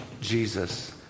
Jesus